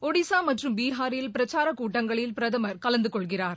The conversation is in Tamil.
ஒடிஸா மற்றும் பீகாரில் பிரச்சாரக் கூட்டங்களில் பிரதமர் கலந்து கொள்கிறார்